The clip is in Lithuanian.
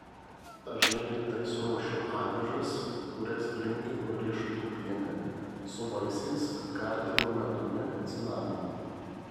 dažnai rytais ruošiu avižas kurias brinkinu riešutų piene su vaisiais gardinu medumi cinamonu